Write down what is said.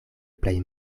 plej